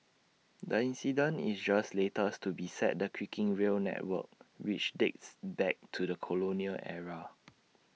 the incident is just latest to beset the creaking rail network which dates back to the colonial era